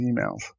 emails